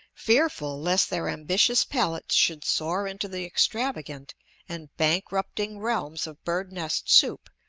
fearful lest their ambitious palates should soar into the extravagant and bankrupting realms of bird-nest soup,